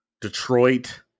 Detroit